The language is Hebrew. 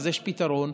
יש פתרון,